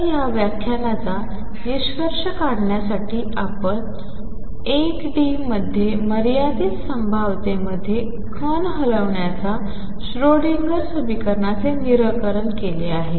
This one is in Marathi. तर या व्याख्यानाचा निष्कर्ष काढण्यासाठी आपण 1 डी मध्ये मर्यादित संभाव्यतेमध्ये कण हलवण्याच्या श्रोडिंगर समीकरणाचे निराकरण केले आहे